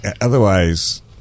Otherwise